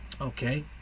okay